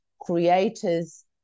creators